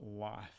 life